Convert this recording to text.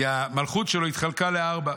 כי המלכות שלו התחלקה לארבע.